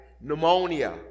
pneumonia